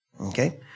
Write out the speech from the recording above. Okay